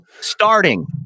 Starting